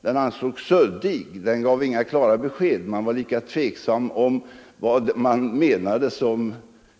Den ansågs suddig; den gav inga klara besked, utan man var lika tveksam beträffande vad som menades som